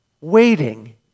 waiting